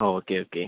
okay okay